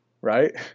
right